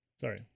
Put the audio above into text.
Sorry